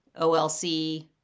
OLC